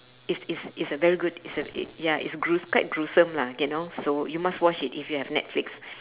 it's it's it's a very good it's a y~ ya it's grue~ quite gruesome lah you know so you must watch it if you have netflix